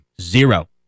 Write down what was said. Zero